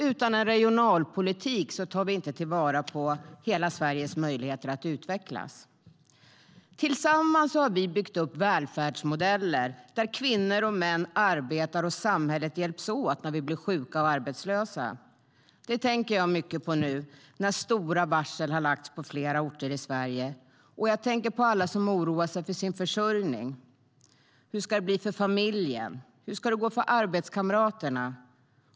Utan en regionalpolitik tar vi inte till vara hela Sveriges möjligheter att utvecklas. Tillsammans har vi byggt upp välfärdsmodeller där kvinnor och män arbetar och där samhället hjälps åt när vi blir sjuka eller arbetslösa. Det tänker jag mycket på nu, när stora varsel har lagts på fler orter i Sverige. Jag tänker på alla som oroar sig för sin försörjning. Hur ska det bli för familjen? Hur det ska gå för arbetskamraterna?